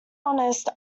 honest